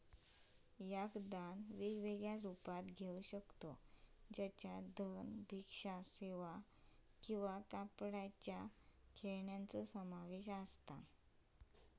याक दान वेगवेगळ्या रुपात घेऊ शकतव ज्याच्यात धन, भिक्षा सेवा किंवा कापडाची खेळण्यांचो समावेश असा